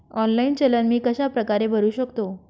Online चलन मी कशाप्रकारे भरु शकतो?